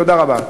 תודה רבה.